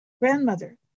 Grandmother